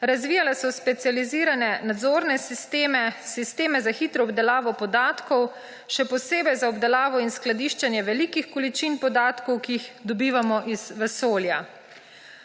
razvijala so specializirane nadzorne sisteme, sisteme za hitro obdelavo podatkov, še posebej za obdelavo in skladiščenje velikih količin podatkov, ki jih dobivamo iz vesolja.